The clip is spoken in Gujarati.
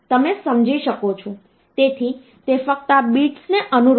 તેથી તે ફક્ત આ બિટ્સને અનુરૂપ છે